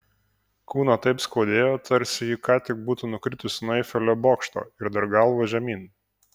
kūną taip skaudėjo tarsi ji ką tik būtų nukritusi nuo eifelio bokšto ir dar galva žemyn